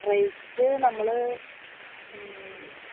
rate നമ്മള്